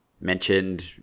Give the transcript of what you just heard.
mentioned